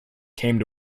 came